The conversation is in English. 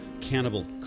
Cannibal